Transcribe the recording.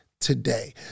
today